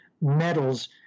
medals